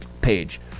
page